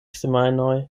semajnoj